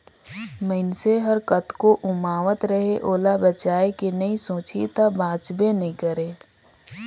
मइनसे हर कतनो उमावत रहें ओला बचाए के नइ सोचही त बांचबे नइ करे